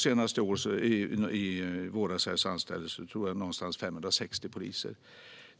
Senast i våras anställdes omkring 560 poliser.